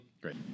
Great